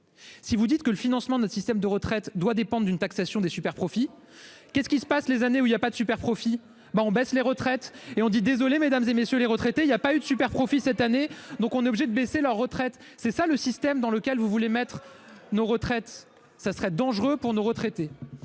Si vous dites que le financement de notre système de retraite doit dépendre d'une taxation des superprofits. Qu'est-ce qui se passe les années où il y a pas de super-profits ben on baisse les retraites et on dit désolé mesdames et messieurs les retraités, il y a pas eu de profits cette année donc on est obligé de baisser leurs retraites. C'est ça le système dans lequel vous voulez mettre nos retraites. Ça serait dangereux pour nos retraités